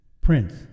Prince